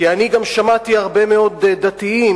כי אני גם שמעתי הרבה מאוד דתיים,